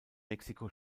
mexiko